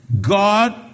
God